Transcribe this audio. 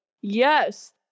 Yes